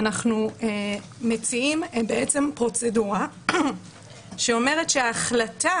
אנחנו מציעים פרוצדורה, שאומרת שההחלטה